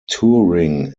touring